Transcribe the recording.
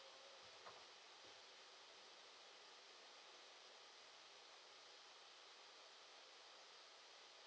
ya